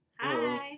Hi